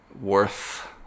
worth